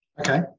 okay